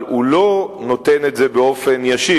אבל הוא לא נותן את זה באופן ישיר.